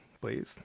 Please